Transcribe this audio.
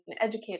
educate